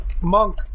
monk